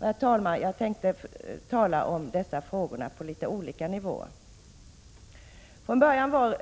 Herr talman! Jag tänkte ta upp dessa frågor på litet olika nivåer. Från början var